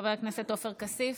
חבר הכנסת עופר כסיף.